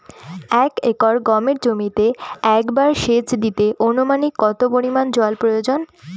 এক একর গমের জমিতে একবার শেচ দিতে অনুমানিক কত পরিমান জল প্রয়োজন?